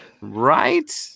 right